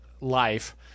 life